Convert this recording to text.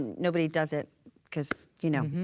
nobody doesn't cause, you know,